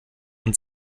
und